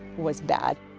was bad.